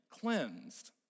cleansed